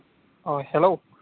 hello